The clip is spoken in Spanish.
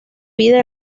vida